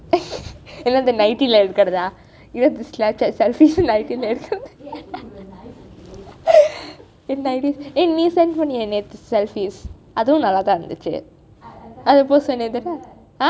nightie leh எடுக்கிறதா:edukiratha ~ selected selfies nightie நீ:ni send பன்னியே நேற்று:panniyei netru selfies அதுவும் நல்லா தான் இருந்தச்சு:athuvum nalla thaan irunthachu !huh!